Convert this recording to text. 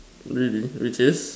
really which is